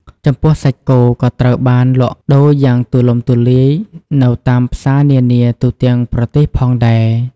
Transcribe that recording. ចំពោះសាច់គោ ក៏ត្រូវបានលក់ដូរយ៉ាងទូលំទូលាយនៅតាមផ្សារនានាទូទាំងប្រទេសផងដែរ។